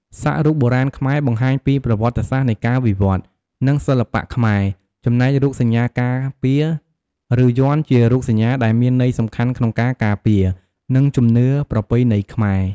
សាក់រូបបុរាណខ្មែរបង្ហាញពីប្រវត្តិសាស្ត្រនៃការវិវត្តន៍ និងសិល្បៈខ្មែរ ចំណែករូបសញ្ញាការពារឬយ័ន្ត ជារូបសញ្ញាដែលមានន័យសំខាន់ក្នុងការការពារ និងជំនឿប្រពៃណីខ្មែរ។